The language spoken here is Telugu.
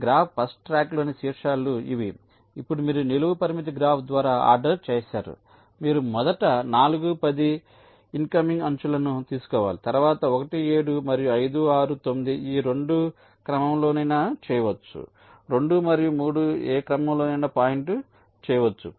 గ్రాఫ్ ఫస్ట్ ట్రాక్లోని శీర్షాలు ఇవి ఇప్పుడు మీరు నిలువు పరిమితి గ్రాఫ్ ద్వారా ఆర్డర్ చేసారు మీరు మొదట 4 10 ఇన్కమింగ్ అంచులను తీసుకోవాలి తరువాత 1 7 తరువాత 5 6 9 ఈ 2 ఏ క్రమంలోనైనా చేయవచ్చు 2 మరియు3 ఏ క్రమంలోనైనా పాయింట్ చేయవచ్చు